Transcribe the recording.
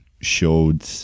showed